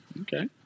Okay